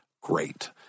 great